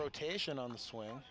rotation on the swi